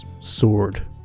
sword